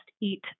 eat